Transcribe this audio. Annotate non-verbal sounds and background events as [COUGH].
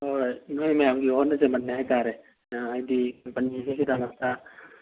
ꯍꯣꯏ ꯅꯣꯏ ꯃꯌꯥꯝꯒꯤ ꯍꯣꯠꯅꯖꯃꯟꯅꯤ ꯍꯥꯏꯕꯇꯔꯦ ꯍꯥꯏꯕꯗꯤ [UNINTELLIGIBLE]